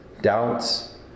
doubts